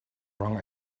wrong